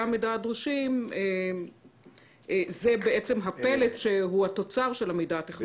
המידע הדרושים הוא הפלט שהוא התוצר של המידע הטכנולוגי.